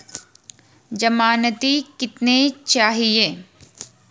ज़मानती कितने चाहिये?